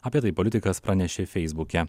apie tai politikas pranešė feisbuke